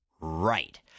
Right